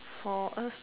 for us